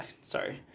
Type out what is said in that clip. sorry